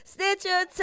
Stitcher